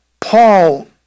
Paul